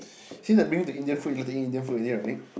since I bring to you Indian food you like to eat Indian food already right